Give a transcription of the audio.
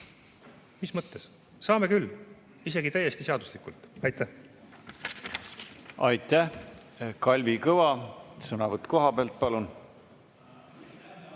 Mis mõttes? Saame küll, isegi täiesti seaduslikult! Aitäh! Kalvi Kõva, sõnavõtt kohapealt, palun!